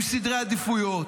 עם סדרי עדיפויות,